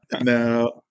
now